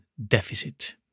Deficit